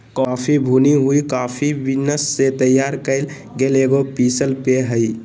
coffee भुनी हुई coffee beans से तैयार कइल गेल एगो पीसल पेय हइ